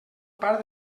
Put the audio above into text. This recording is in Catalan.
part